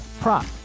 prop